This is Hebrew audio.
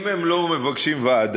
אם הם לא מבקשים ועדה,